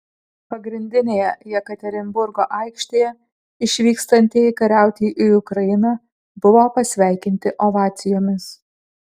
pagrindinėje jekaterinburgo aikštėje išvykstantieji kariauti į ukrainą buvo pasveikinti ovacijomis